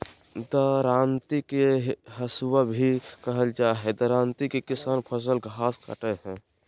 दरांती के हसुआ भी कहल जा हई, दरांती से किसान फसल, घास काटय हई